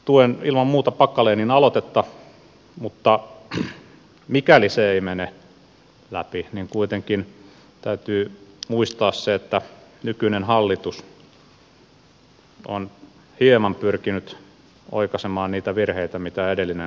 tuen ilman muuta packalenin aloitetta mutta mikäli se ei mene läpi niin kuitenkin täytyy muistaa se että nykyinen hallitus on hieman pyrkinyt oikaisemaan niitä virheitä mitä edellinen hallitus on tehnyt